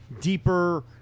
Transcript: deeper